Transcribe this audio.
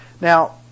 Now